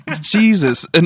jesus